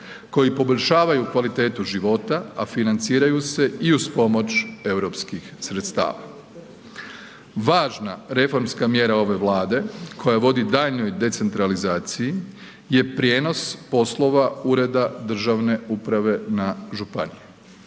koji poboljšavaju kvalitetu života, a financiraju se i uz pomoć europskih sredstava. Važna reformska mjera ove Vlade koja vodi daljnjoj decentralizaciji je prijenos poslova Ureda državne uprave na županije,